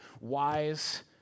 wise